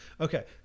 Okay